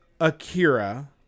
Akira